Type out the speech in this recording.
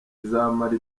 izamara